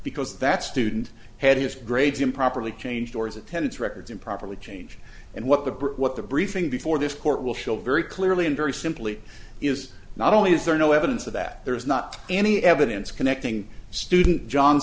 because that's student had his grades improperly changed or his attendance records improperly changed and what the brit what the briefing before this court will show very clearly and very simply is not only is there no evidence of that there's not any evidence connecting student john